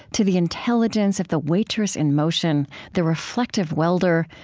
to the intelligence of the waitress in motion, the reflective welder,